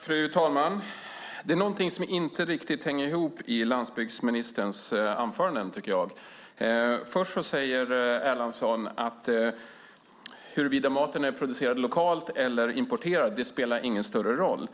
Fru talman! Det är någonting i landsbygdsministerns inlägg som inte riktigt hänger ihop, tycker jag. Först säger Erlandsson att huruvida maten är producerad lokalt eller importerad inte spelar någon större roll.